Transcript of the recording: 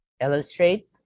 illustrate